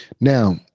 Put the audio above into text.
Now